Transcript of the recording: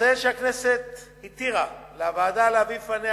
אציין שהכנסת התירה לוועדה להביא בפניה